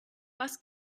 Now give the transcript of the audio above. was